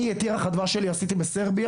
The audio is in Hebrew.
אני את ירח הדבש שלי עשיתי בסרביה,